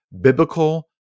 biblical